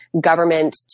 government